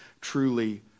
truly